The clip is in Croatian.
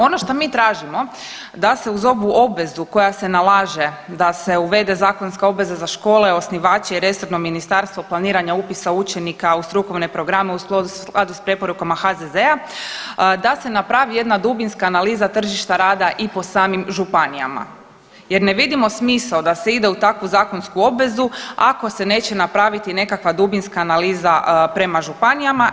Ono što mi tražimo da se uz obvezu koja se nalaže da se uvede zakonska obveza za škole, osnivače i resorno ministarstvo planiranja upisa učenika u strukovne programe u skladu s preporukama HZZ-a, da se napravi jedna dubinska analiza tržišta rada i po samim županijama jer ne vidimo smisao da se ide u takvu zakonsku obvezu ako se neće napraviti nekakva dubinska analiza prema županijama.